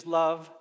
love